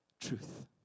truth